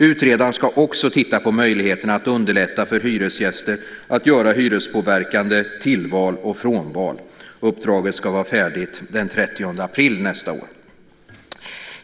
Utredaren ska också titta på möjligheterna att underlätta för hyresgäster att göra hyrespåverkande tillval och frånval. Uppdraget ska vara färdigt den 30 april nästa år.